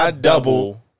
double